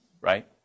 right